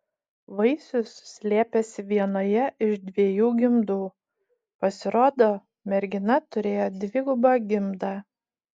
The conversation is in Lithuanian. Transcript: vaisius slėpėsi vienoje iš dviejų gimdų pasirodo mergina turėjo dvigubą gimdą